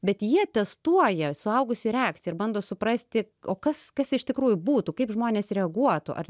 bet jie testuoja suaugusiųjų reakciją ir bando suprasti o kas kas iš tikrųjų būtų kaip žmonės reaguotų ar